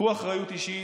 קחו אחריות אישית,